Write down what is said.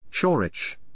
Chorich